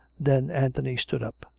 then anthony stood up.